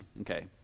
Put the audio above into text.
Okay